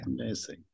Amazing